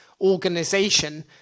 organization